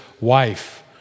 wife